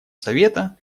совета